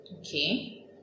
Okay